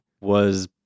was-